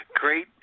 Great